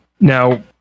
now